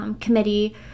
committee